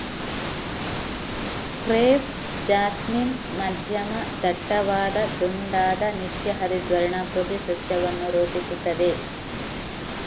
crepe jasmine ಮಧ್ಯಮ ದಟ್ಟವಾದ ದುಂಡಾದ ನಿತ್ಯ ಹರಿದ್ವರ್ಣ ಪೊದೆ ಸಸ್ಯವನ್ನು ರೂಪಿಸುತ್ತದೆ